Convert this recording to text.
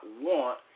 want